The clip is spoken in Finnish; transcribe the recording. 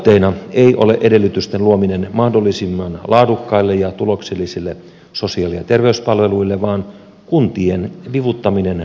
tavoitteena ei ole edellytysten luominen mahdollisimman laadukkaille ja tuloksellisille sosiaali ja terveyspalveluille vaan kuntien vivuttaminen pakkoavioliittoihin